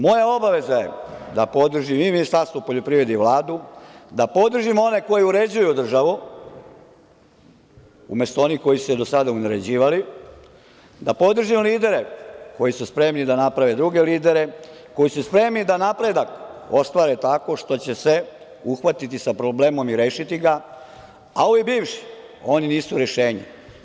Moja obaveza je da podržim i Ministarstvo poljoprivrede i Vladu, da podržim one koji uređuju državu, umesto onih koji su je do sada uneređivali, da podržim lidere koji su spremni da naprave druge lidere, koji su spremni da napredak ostvare tako što će se uhvatiti sa problemom i rešiti ga, a ovi bivši, oni nisu rešenje.